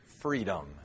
freedom